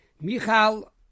Michal